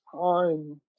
time